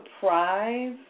surprise